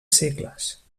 segles